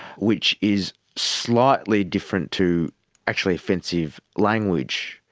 which is slightly different to actually offensive language.